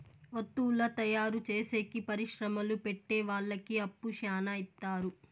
వత్తువుల తయారు చేసేకి పరిశ్రమలు పెట్టె వాళ్ళకి అప్పు శ్యానా ఇత్తారు